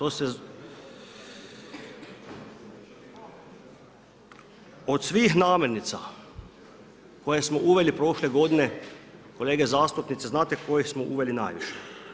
Od svih namirnica koje smo uveli prošle godine, kolege zastupnici, znate koje smo uveli najviše?